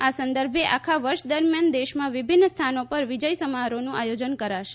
આ સંદર્ભે આખા વર્ષ દરમિયાન દેશમાં વિભિન્ન સ્થાનો પર વિજય સમારોહનું આયોજન કરાશે